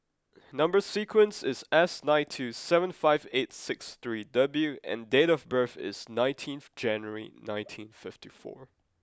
number sequence is S nine two seven five eight six three W and date of birth is nineteenth January nineteen fifty four